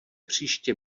příště